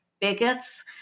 bigots